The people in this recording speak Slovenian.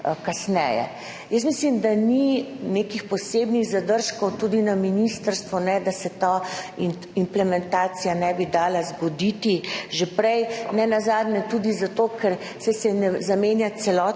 Mislim, da ni nekih posebnih zadržkov, tudi na ministrstvu ne, da se ta implementacija ne bi mogla zgoditi že prej. Nenazadnje tudi zato, ker se ne menja celoten